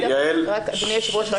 אדוני היושב-ראש,